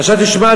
עכשיו תשמע,